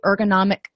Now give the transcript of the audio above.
ergonomic